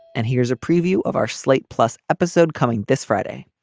and here's a preview of our slate plus episode coming this friday.